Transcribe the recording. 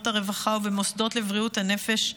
הרווחה ובמוסדות לבריאות הנפש השונים.